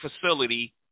facility